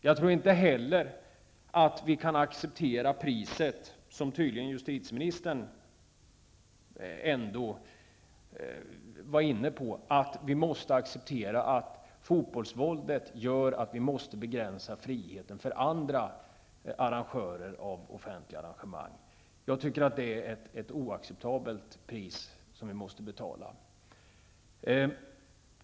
Jag tycker inte heller att vi kan acceptera priset, som tydligen justitieministern ändå var inne på, nämligen att fotbollsvåldet gör att vi måste begränsa friheten för andra arrangörer av offentliga arrangemang. Jag anser att det priset är oacceptabelt.